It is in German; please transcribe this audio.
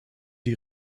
die